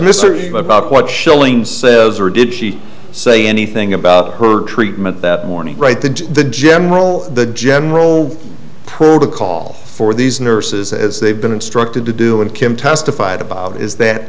mystery about what schilling says or did she say anything about her treatment that morning right to the general the general protocol for these nurses as they've been instructed to do and kim testified about is that